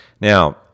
Now